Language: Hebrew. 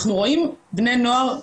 אנחנו רואים בני נוער,